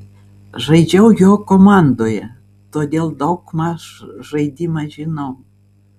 žaidžiau jo komandoje todėl daug maž žaidimą žinau